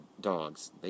dogs